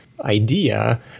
idea